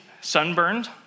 sunburned